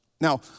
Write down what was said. Now